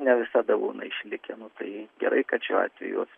ne visada būna išlikę nu tai gerai kad šiuo atveju